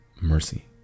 mercy